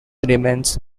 remains